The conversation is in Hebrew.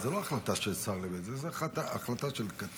זו לא החלטה של שר, זו החלטה של קצין.